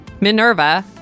Minerva